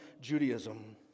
Judaism